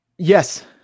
Yes